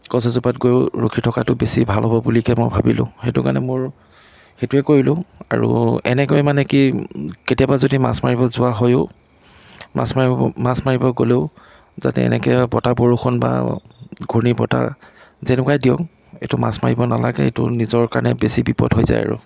গছ এজোপাত গৈও ৰখি থকাটো বেছি ভাল হ'ব বুলিকৈ মই ভাবিলোঁ সেইটো কাৰণে মোৰ সেইটোৱে কৰিলোঁ আৰু এনেকৈয়ে মানে কি কেতিয়াবা যদি মাছ মাৰিব যোৱা হয়ো মাছ মাৰিব মাছ মাৰিব গ'লেও যাতে এনেকৈ বতাহ বৰষুণ বা ঘূৰ্ণিবতাহ যেনেকুৱাই দিয়ক এইটো মাছ মাৰিব নালাগে এইটো নিজৰ কাৰণে বেছি বিপদ হৈ যায় আৰু